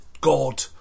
god